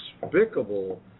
despicable